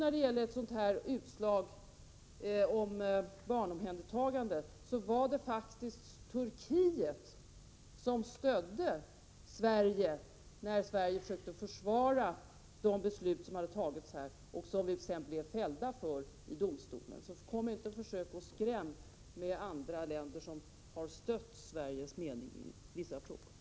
När det gäller ett utslag i ett mål om barnomhändertagande var det faktiskt Turkiet som stödde Sverige, när Sverige försökte försvara de beslut som hade tagits här och som vårt land sedan blev fällt för i domstolen. Försök inte att skrämma oss med uppgifter om att andra länder skulle ha stött Sveriges mening i vissa frågor!